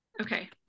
Okay